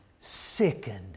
sickened